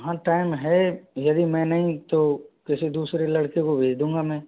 हाँ टाइम है यदि मैं नहीं तो किसी दूसरे लड़के को भेज दूंगा मैं